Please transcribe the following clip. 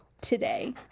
today